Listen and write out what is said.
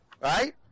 right